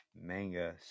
manga